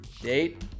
date